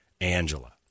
Angela